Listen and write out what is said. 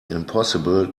impossible